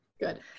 Good